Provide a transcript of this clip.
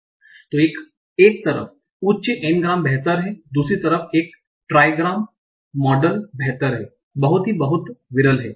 तो एक तरफ उच्च N ग्राम बेहतर है और दूसरी तरफ एक ट्राइग्राम मॉडल बेहतर है बहुत बहुत विरल है